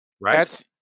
Right